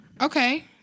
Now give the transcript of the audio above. Okay